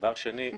דבר שני,